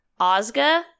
Ozga